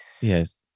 yes